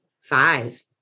five